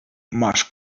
masz